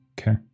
Okay